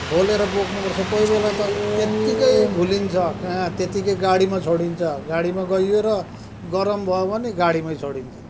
खोलेर बोक्नु पर्छ कोहीबेला त त्यत्तिकै भुलिन्छ कहाँ त्यत्तिकै गाडीमा छोडिन्छ गाडीमा गइयो र गरम भयो भने गाडीमै छोडिन्छ